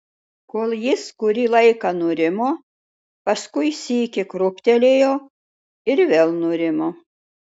kol jis kurį laiką nurimo paskui sykį krūptelėjo ir vėl nurimo